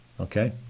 Okay